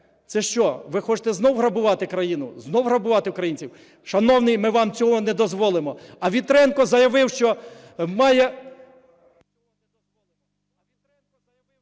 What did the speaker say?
Це що, ви хочете знову грабувати країну, знову грабувати українців? Шановний, ми вам цього не дозволимо. А Вітренко заявив, що має...